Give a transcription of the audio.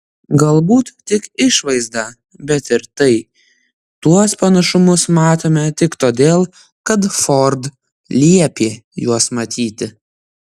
galbūt tik išvaizdą bet ir tai tuos panašumus matome tik todėl kad ford liepė juos matyti